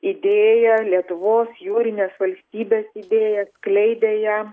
idėją lietuvos jūrinės valstybės idėją skleidė ją